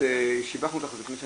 שלום לכולם.